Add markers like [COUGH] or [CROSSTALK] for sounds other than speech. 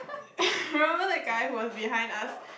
[LAUGHS] remember the guy who was behind us